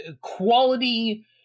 quality